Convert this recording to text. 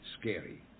Scary